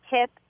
hip